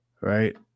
right